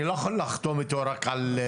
אני לא יכול לחתום איתו רק על חלק.